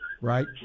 Right